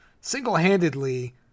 single-handedly